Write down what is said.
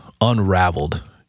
unraveled